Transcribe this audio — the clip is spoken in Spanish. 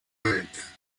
alta